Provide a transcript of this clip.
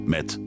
Met